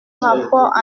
rapport